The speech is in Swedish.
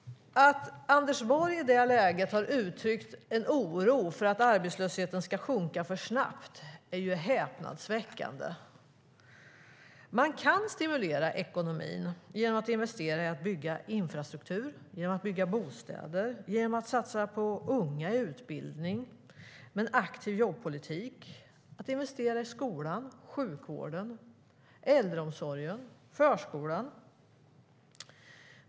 Att Anders Borg i det läget har uttryckt en oro för att arbetslösheten ska sjunka för snabbt är häpnadsväckande. Man kan stimulera ekonomin genom att investera i att bygga infrastruktur och bostäder, satsa på unga i utbildning, ha en aktiv jobbpolitik och investera i skolan, sjukvården, äldreomsorgen och förskolan.